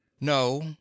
No